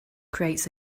creates